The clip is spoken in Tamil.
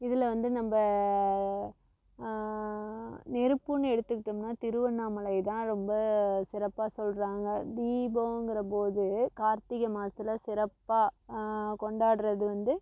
இதில் வந்து நம்ம நெருப்புன்னு எடுத்துக்கிட்டோம்னால் திருவண்ணாமலைதான் ரொம்ப சிறப்பாக சொல்கிறாங்க தீபங்குறபோது கார்த்திகை மாசத்தில் சிறப்பாக கொண்டாடுறது வந்து